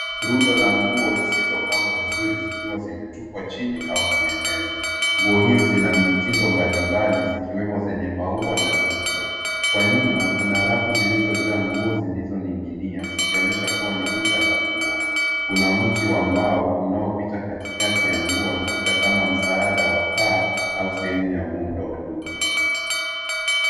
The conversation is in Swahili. Rundo la nguo zisizopangwa vizuri zikiwa zimetupwa chini au kwenye meza. Nguo izi zina mitindo mbalimbali ikiwemo zenye maua na nukta. Kwa nyuma, kuna rafu zilizojaa nguo zilizoning'inia, zikionyesha kuwa ni duka la nguo. Kuna mti wa mbao unaopita katikati ya nguo labda kama msaada wa paa au sehemu ya muundo wa nyumba.